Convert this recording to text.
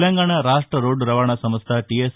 తెలంగాణ రాష్ట రోడ్డు రవాణా సంస్ట టీ ఎస్